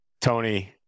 Tony